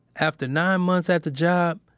after nine months at the job,